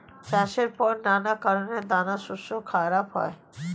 চাষের পর নানা কারণে দানাশস্য খারাপ হয়